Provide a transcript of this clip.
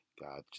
God